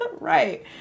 Right